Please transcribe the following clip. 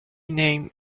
name